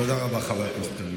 תודה רבה, חבר הכנסת.